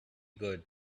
good